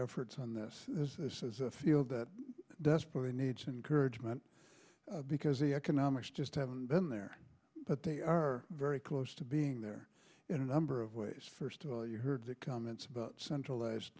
efforts on this this is a field that desperately needs encouragement because the economics just haven't been there but they are very close to being there in a number of ways first of all you heard the comments about centralized